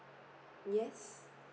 yes